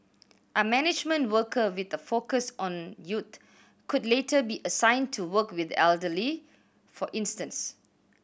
a management worker with a focus on youth could later be assigned to work with the elderly for instance